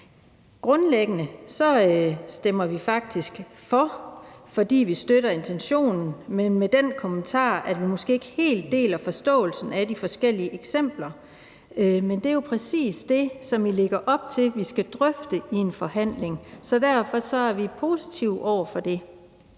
grundlæggende stemmer vi faktisk for, fordi vi støtter intentionen, men med den kommentar, at vi måske ikke helt deler forståelsen af de forskellige eksempler. Men det er jo præcis det, som I lægger op til vi skal drøfte i en forhandling, så derfor er vi positive over for det.